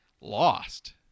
lost